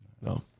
No